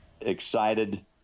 excited